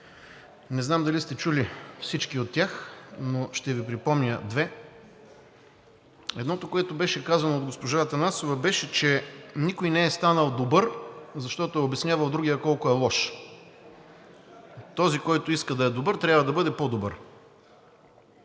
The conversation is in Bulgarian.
Не знам дали сте чули всички от тях, но ще Ви припомня две. Едното, което беше казано от госпожа Атанасова, беше, че никой не е станал добър, защото е обяснявал другият колко е лош. Този, който иска да е добър, трябва да бъде по-добър,